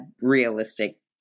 realistic